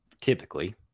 typically